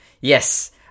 yes